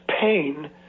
pain